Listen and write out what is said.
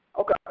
Okay